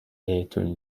بهتون